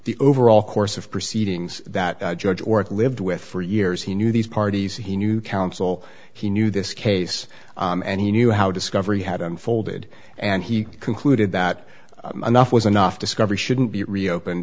the overall course of proceedings that judge or lived with for years he knew these parties he knew counsel he knew this case and he knew how discovery had unfolded and he concluded that enough was enough discovery shouldn't be reopened